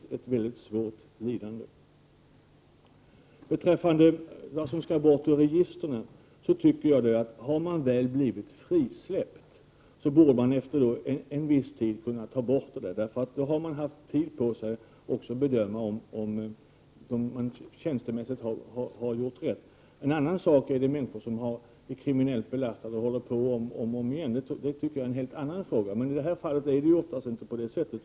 1988/89:98 Beträffande det som skall bort från registren vill jag säga följande. Har 18 april 1989 man väl blivit frisläppt, borde uppgifterna efter en viss tid kunna tas bort från registren. Då har man ju haft tid på sig att bedöma om det hela tjänstemässigt har gått rätt till. När det gäller kriminellt belastade människor är det en helt annan sak. Jag tänker då på dem som upprepar brottsliga handlingar. Men i sådana här fall förhåller det sig oftast inte på det sättet.